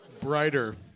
Brighter